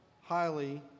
highly